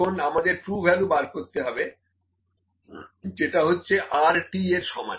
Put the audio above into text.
এখন আমাদের true value বার করতে হবে যেটা হচ্ছে Rt এর সমান